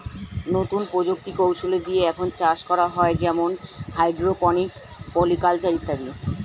নতুন প্রযুক্তি কৌশলী দিয়ে এখন চাষ করা হয় যেমন হাইড্রোপনিক, পলি কালচার ইত্যাদি